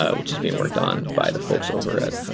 ah which is being worked on by the folks over,